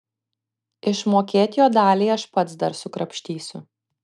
išmokėt jo daliai aš pats dar sukrapštysiu